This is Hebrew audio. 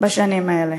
בשנים האלה.